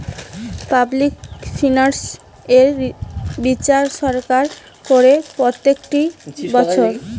public finance এর বিচার সরকার করে প্রত্যেকটি বছর